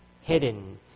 Hidden